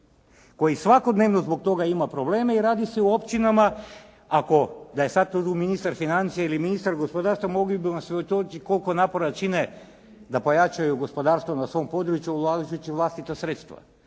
Koji svakodnevno zbog toga ima probleme i radi se o općinama, da je sada tu ministar financija ili ministar gospodarstva mogli bi reći koliko napora čine da pojačaju gospodarstvo na svom području ulažući vlastita sredstva.